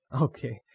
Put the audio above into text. Okay